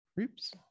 Oops